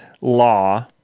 law